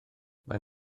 maen